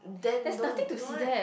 then don't don't want